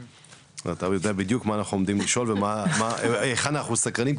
אתה יודע בדיוק היכן אנחנו סקרנים,